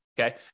Okay